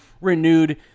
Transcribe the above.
renewed